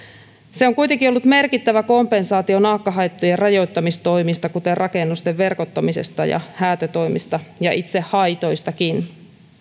se on kuitenkin ollut merkittävä kompensaatio naakkahaittojen rajoittamistoimista kuten rakennusten verkottamisesta ja häätötoimista ja itse haitoistakin